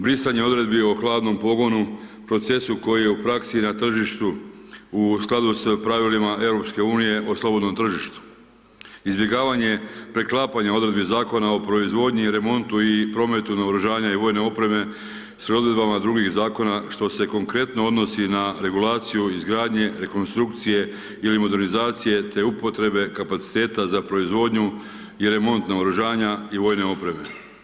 Brisanje odredbi o hladnom pogonu, procesu koji je u praksi na tržištu u skladu s pravilima EU o slobodnom tržištu, izbjegavanje preklapanje odredbi Zakona o proizvodnji i remontu i prometu naoružanja i vojne opreme s odredbama drugih zakona što se konkretno odnosi na regulaciju izgradnje, rekonstrukcije ili modernizacije te upotrebe kapaciteta za proizvodnju i remont naoružanja i vojne opreme.